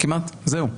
כמעט זהו.